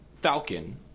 Falcon